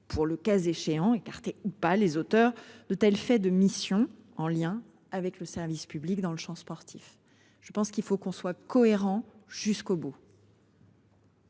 pour le cas échéant écartés ou pas les auteurs de tels faits de mission en lien avec le service public dans le Champ sportif. Je pense qu'il faut qu'on soit cohérent jusqu'au bout.